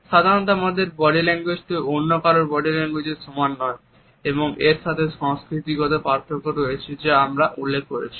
সাধারণত আমাদের বডি ল্যাঙ্গুয়েজটি অন্য কারওর বডি ল্যাঙ্গুয়েজ এর সমান নয় এবং এর সাথে সংস্কৃতিগত পার্থক্যও রয়েছে যা আমরা উল্লেখ করেছি